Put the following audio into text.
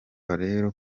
rero